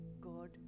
God